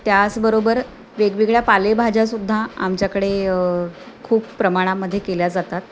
त्याचबरोबर वेगवेगळ्या पालेभाज्यासुद्धा आमच्याकडे खूप प्रमाणामध्ये केल्या जातात